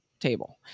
table